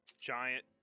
giant